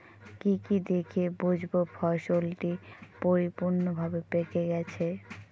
কি কি দেখে বুঝব ফসলটি পরিপূর্ণভাবে পেকে গেছে?